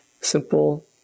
simple